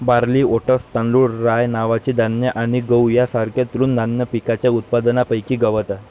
barley, oats, तांदूळ, rye नावाचे धान्य आणि गहू यांसारख्या तृणधान्य पिकांच्या उत्पादनापैकी गवत आहे